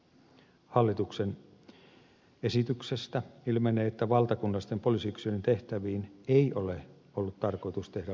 hallituksen esityksestä ilmenee että valtakunnallisten poliisiyksiköiden tehtäviin ei ole ollut tarkoitus tehdä muutoksia